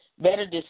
better